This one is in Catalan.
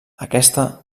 aquesta